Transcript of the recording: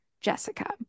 jessica